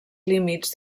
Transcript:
límits